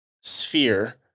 sphere